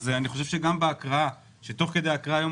אז אני חושב שגם בהקראה תוך כדי ההקראה היום